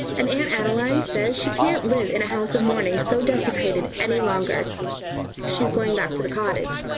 and aunt adeline says she can't live in a house of mourning so desecrated any longer she's going back to the cottage.